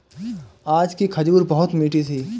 आज की खजूर बहुत मीठी थी